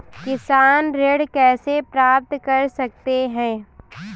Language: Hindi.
किसान ऋण कैसे प्राप्त कर सकते हैं?